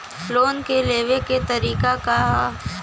Loan के लेवे क तरीका का ह?